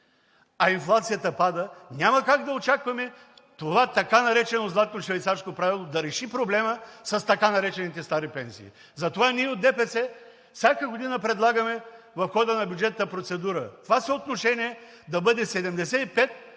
а инфлацията пада, няма как да очакваме това наречено Златно швейцарско правило да реши проблема с така наречените стари пенсии. Затова ние от ДПС всяка година предлагаме в хода на бюджетната процедура това съотношение да бъде 75%